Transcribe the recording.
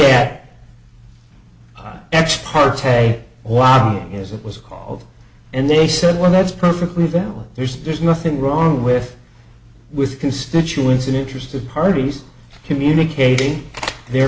his it was called and they said well that's perfectly valid there's there's nothing wrong with with constituents in interested parties communicating their